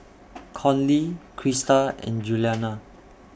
Conley Crista and Giuliana